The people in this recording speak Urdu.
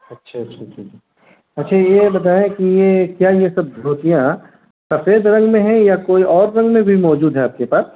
اچھا اچھا اچھا اچھا یہ بتائیں کہ یہ کیا یہ سب دھوتیاں سفید رنگ میں ہیں یا کوئی اور رنگ میں بھی موجود ہیں آپ کے پاس